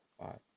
five